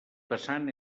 vessant